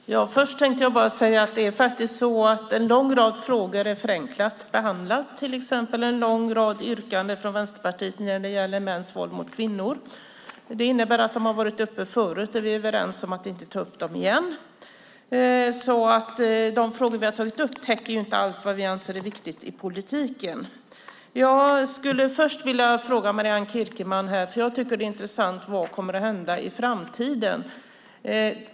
Herr talman! Först vill jag bara säga att en lång rad frågor är förenklat behandlade, till exempel en lång rad yrkanden från Vänsterpartiet när det gäller mäns våld mot kvinnor. Det innebär att de har varit uppe förut, och vi är överens om att inte ta upp dem igen. Så de frågor vi har tagit upp täcker inte allt som vi anser är viktigt i politiken. Jag skulle vilja ställa en fråga till Marianne Kierkemann, för jag tycker att det är intressant att höra vad som kommer att hända i framtiden.